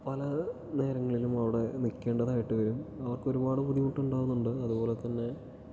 പലനേരങ്ങളിലും അവിടെ നിൽക്കേണ്ടതായിട്ട് വരും അവർക്ക് ഒരുപാട് ബുദ്ധിമുട്ടുണ്ടാവുന്നുണ്ട് അതുപോലെത്തന്നെ